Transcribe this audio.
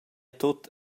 tut